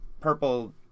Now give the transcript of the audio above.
purple